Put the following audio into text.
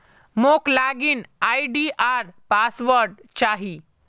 मोक log in ID आर password चाहि